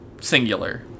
Singular